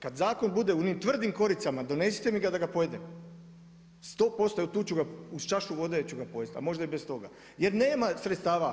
Kada zakon bude u onim tvrdim koricama, donesite mi ga da ga pojedem, 100% evo tu ću ga uz čašu vode ću ga pojest, a možda i bez toga jer nema sredstava.